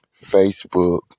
Facebook